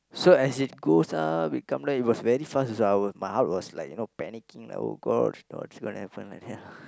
so as it goes uh we come down it was very fast also I were my heart was panicking like !oh-gosh! what's going to happen like that lah